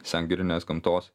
sengirinės gamtos